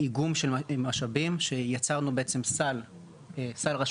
איגום של משאבים שיצרנו בעצם סל רשותי,